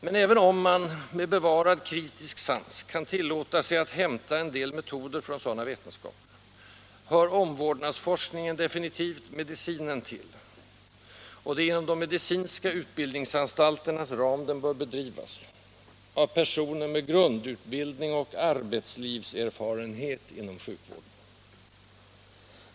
Men även om man — med bevarad kritisk sans — kan tillåta sig att hämta en del metoder från sådana vetenskaper, hör omvårdnadsforskningen definitivt medicinen till, och det är inom de medicinska utbildningsanstalternas ram den bör bedrivas — av personer med grundutbildning och arbetslivserfarenhet inom sjukvården.